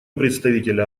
представителя